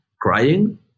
crying